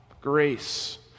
grace